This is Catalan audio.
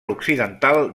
occidental